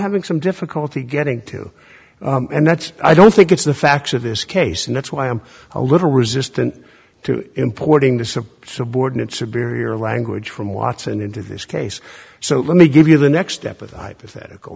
having some difficulty getting to and that's i don't think it's the facts of this case and that's why i am a little resistant to importing the subordinate superior language from watson into this case so let me give you the next step of the hypothetical